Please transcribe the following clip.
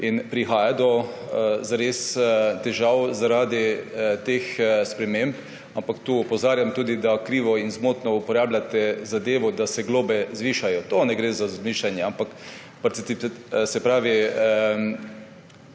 prihaja do težav zaradi teh sprememb. Tukaj opozarjam tudi, da krivo in zmotno uporabljate zadevo, da se globe zvišajo. Ne gre za zvišanje, ampak je menjava